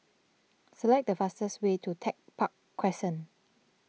select the fastest way to Tech Park Crescent